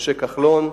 משה כחלון.